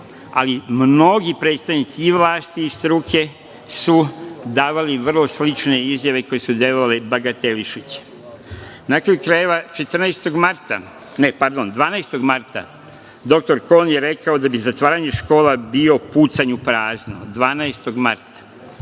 ali mnogi predstavnici i vlasti i struke su davali vrlo slične izjave, koje su delovale bagatelišuće. Na kraju krajeva, 12. marta dr Kon je rekao da bi zatvaranje škola bio pucanj u prazno. Ministar